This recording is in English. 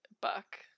buck